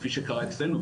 כפי שקרה אצלנו,